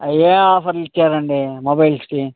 అవే ఆఫరులు ఇచ్చారండి మొబైల్స్కి